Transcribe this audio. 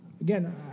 Again